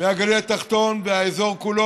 מהגליל התחתון והאזור כולו,